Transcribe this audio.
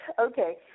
okay